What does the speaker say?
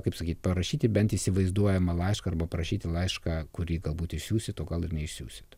kaip sakyt parašyti bent įsivaizduojamą laišką arba parašyti laišką kurį galbūt išsiųsit o gal ir neišsiųsit